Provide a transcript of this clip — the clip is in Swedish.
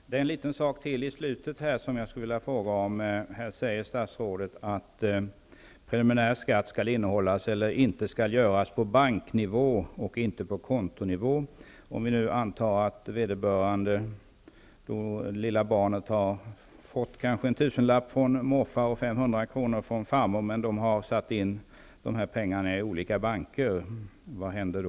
Fru talman! I slutet av svaret sade statsrådet att bedömningen av om preliminär skatt skall innehållas eller inte skall göras på banknivå och inte på kontonivå. Vi kan anta att det lilla barnet har fått 1 000 kr. från morfar och 500 kr. från farmor men att de har satt in dessa pengar på olika banker. Vad händer då?